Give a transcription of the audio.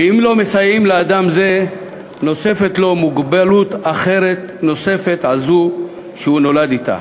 ואם לא מסייעים לאדם זה נוספת לו מוגבלות אחרת על זו שהוא נולד אתה,